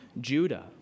Judah